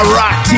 rock